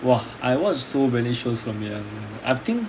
!wah! I watched so many shows from young I think